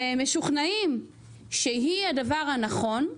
ומשוכנעים שהיא הדבר הנכון,